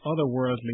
otherworldly